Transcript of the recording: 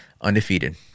undefeated